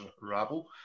Rabble